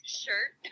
shirt